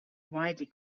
widely